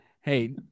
Hey